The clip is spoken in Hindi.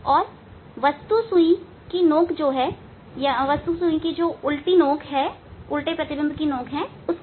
और वस्तु सुई की उल्टी नोक की ओर देखें